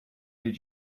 did